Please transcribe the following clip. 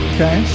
Okay